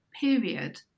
period